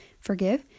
forgive